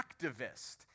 activist